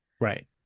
Right